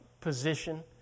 position